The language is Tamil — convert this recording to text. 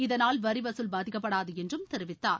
இதனால் வரி வகுல் பாதிக்கப்படாது என்று தெரிவித்தார்